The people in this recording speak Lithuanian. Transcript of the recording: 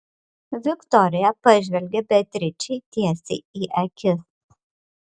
viktorija pažvelgė beatričei tiesiai į akis